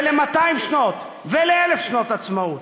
ול-200 שנות, ול-1,000 שנות עצמאות,